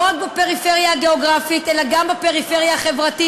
לא רק בפריפריה הגיאוגרפית אלא גם בפריפריה החברתית,